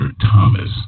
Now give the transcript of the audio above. Thomas